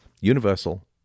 universal